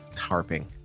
harping